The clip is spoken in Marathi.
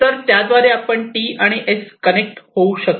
तर त्या द्वारे आपण T आणि S कनेक्ट होऊ शकता